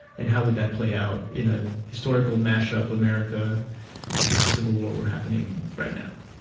and how would that play out in a historical mashup america if the civil war were happening right now?